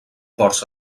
ports